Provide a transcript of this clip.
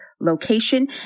location